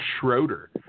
Schroeder